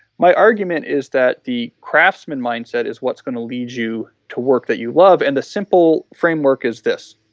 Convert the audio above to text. my argument is that the craftsman mindset is what's going to lead you to work that you love and a simple framework is this.